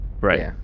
Right